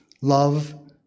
love